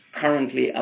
currently